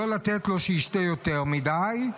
לא לתת לו שישתה יותר מדי.